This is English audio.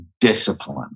discipline